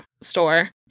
store